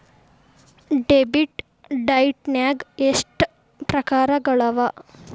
Debit ಡೈಟ್ನ್ಯಾಗ್ ಎಷ್ಟ್ ಪ್ರಕಾರಗಳವ?